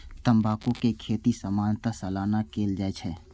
तंबाकू के खेती सामान्यतः सालाना कैल जाइ छै